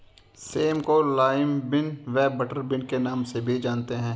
same को lima bean व butter bean के नाम से भी जानते हैं